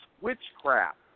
witchcraft